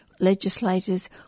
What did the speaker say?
legislators